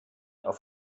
auf